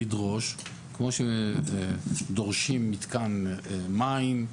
לדרוש כמו שדורשים מתקן מים,